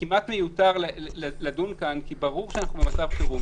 כמעט מיותר לדון בזה כי ברור שאנחנו במצב חירום.